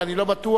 ואני לא בטוח,